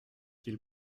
qu’il